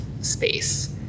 space